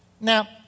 Now